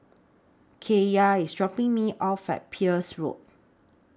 Kaiya IS dropping Me off At Peirce Road